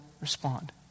respond